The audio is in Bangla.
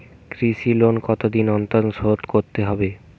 কৃষি লোন কতদিন অন্তর শোধ করতে হবে?